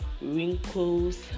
wrinkles